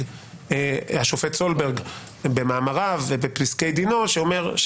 השופט סולברג במאמריו ובפסקי דינו שאומר,